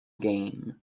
game